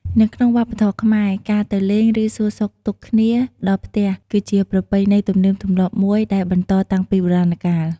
នៅក្បុងវប្បធម៌ខ្មែរ ការទៅលេង ឬ សួរសុខទុក្ខគ្នាដល់ផ្ទះគឺជាប្រពៃណីទំនៀមទម្លាប់មួយដែលបន្តតាំងពីបុរាណកាល។